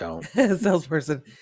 salesperson